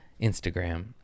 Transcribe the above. instagram